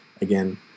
again